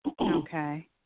Okay